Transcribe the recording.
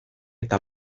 eta